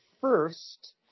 first